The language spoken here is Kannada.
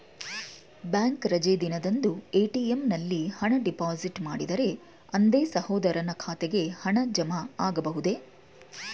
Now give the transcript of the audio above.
ಬ್ಯಾಂಕ್ ರಜೆ ದಿನದಂದು ಎ.ಟಿ.ಎಂ ನಲ್ಲಿ ಹಣ ಡಿಪಾಸಿಟ್ ಮಾಡಿದರೆ ಅಂದೇ ಸಹೋದರನ ಖಾತೆಗೆ ಹಣ ಜಮಾ ಆಗಬಹುದೇ?